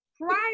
prior